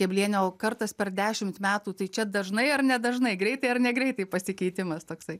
kebliene o kartas per dešimt metų tai čia dažnai ar nedažnai greitai ar negreitai pasikeitimas toksai